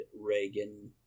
Reagan